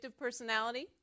personality